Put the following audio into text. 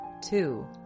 Two